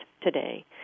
today